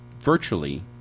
virtually